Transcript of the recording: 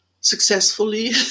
successfully